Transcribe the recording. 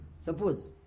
Suppose